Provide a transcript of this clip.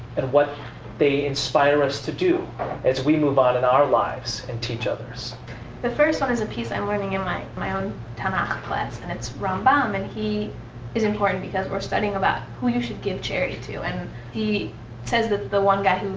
and what they inspire us to do as we move on in our lives and teach others the first one is a piece i'm learning in my my own tanach class, and it's rambam. and he is important because we're studying about who you should give charity to. and he says that the one guy who,